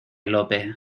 lope